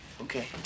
Okay